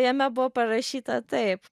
jame buvo parašyta taip